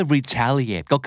Retaliate